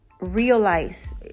realize